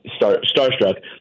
starstruck